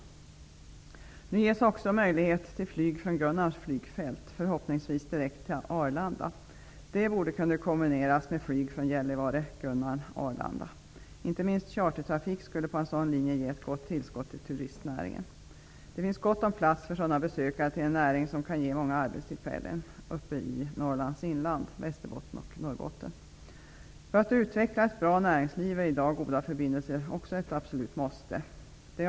Nu ges också möjlighet till flyg från Gunnarns flygfält, förhoppningsvis direkt till Arlanda. Det borde kunna kombineras med flyg Gällivare--Gunnarn-- På en sådan linje skulle chartertrafik ge ett gott tillskott till turistnäringen. Det finns gott om plats för sådana besökare. Det kan ge många arbetstillfällen inom turistnäringen uppe i Goda förbindelser är i dag ett absolut måste för att utveckla ett bra näringsliv.